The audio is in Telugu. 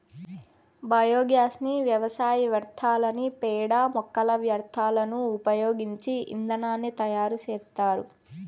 బయోగ్యాస్ ని వ్యవసాయ వ్యర్థాలు, పేడ, మొక్కల వ్యర్థాలను ఉపయోగించి ఇంధనాన్ని తయారు చేత్తారు